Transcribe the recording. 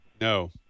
No